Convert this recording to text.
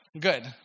good